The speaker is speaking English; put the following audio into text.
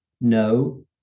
no